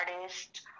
artist